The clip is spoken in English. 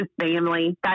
family